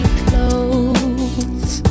clothes